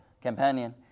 companion